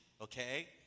Okay